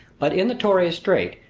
but in the torres strait,